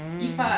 mm